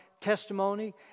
testimony